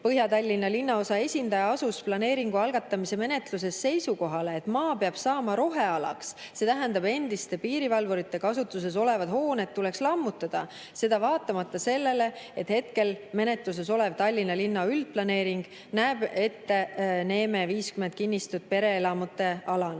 Põhja‑Tallinna linnaosa esindaja asus planeeringu algatamise menetluses seisukohale, et maa peab saama rohealaks. See tähendab, et endiste piirivalvurite kasutuses olevad hooned tuleks lammutada. Seda vaatamata sellele, et hetkel menetluses olev Tallinna linna üldplaneering näeb ette Neeme 50 kinnistut pereelamute alana.